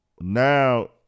now